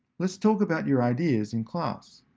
let's talk about your ideas in class.